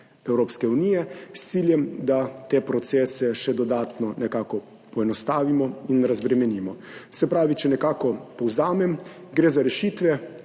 Evropske unije, s ciljem, da te procese še dodatno nekako poenostavimo in razbremenimo. Če povzamem, gre za rešitve,